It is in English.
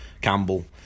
Campbell